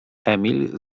emil